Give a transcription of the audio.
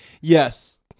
Yes